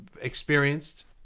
experienced